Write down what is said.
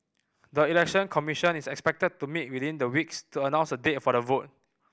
the Election Commission is expected to meet within the weeks to announce a date for the vote